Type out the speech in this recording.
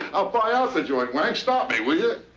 i'll buy out the joint wang stop me will ya.